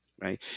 right